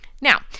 Now